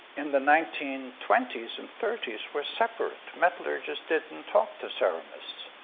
in the nineteen twenty s and thirty s, were separate. metallurgists didn't talk to ceramists,